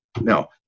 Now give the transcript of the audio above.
Now